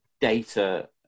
data